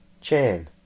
Chain